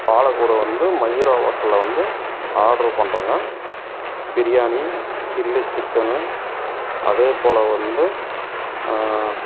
பாலக்கோடு வந்து மையூரா ஹோட்டலில் வந்து ஆர்ட்ரு பண்ணுறோங்க பிரியாணி சில்லி சிக்கன்னு அதே போல வந்து